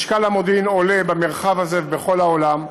משקל המודיעין עולה במרחב הזה ובכל העולם.